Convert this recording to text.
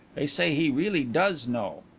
they say he really does know.